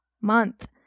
month